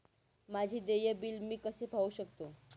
माझे देय बिल मी कसे पाहू शकतो?